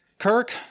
Kirk